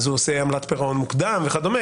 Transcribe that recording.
אז הוא עושה עמלת פירעון מוקדם וכדומה